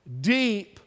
deep